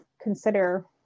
consider